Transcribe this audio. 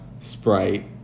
Sprite